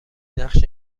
نقشه